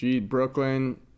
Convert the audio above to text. Brooklyn